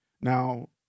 Now